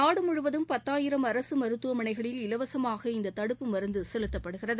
நாடு முழுவதும் பத்தாயிரம் அரசு மருத்துவமனைகளில் இலவசமாக இந்த தடுப்பு மருந்து செலுத்தப்படுகிறது